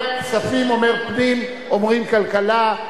אומרים כספים, אומרים פנים, אומרים כלכלה.